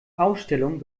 ausstellung